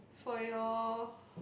for your